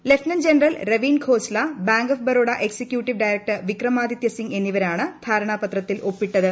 lieutenant general Raveen Khosla bank of ് Baroda executive director Vikramaditya Singh എന്നിവരാണ് ധാരണാപത്രത്തിൽ ഒപ്പിട്ടു